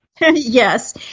Yes